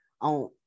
on